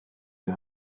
you